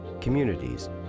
communities